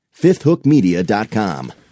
FifthHookMedia.com